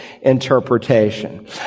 interpretation